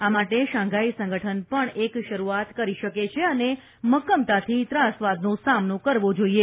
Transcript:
આ માટે શાંઘાઇ સંઘઠન પણ એક શરુઆત કરી શકે છે અને મક્કમતાથી ત્રાસવાદનો સામનો કરવો જોઇએ